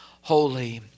holy